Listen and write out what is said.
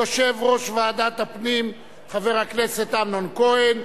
יושב-ראש ועדת הפנים חבר הכנסת אמנון כהן,